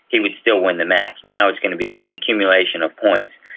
he would still win the match. now it's going to be an accumulation of points.